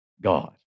God